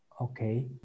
Okay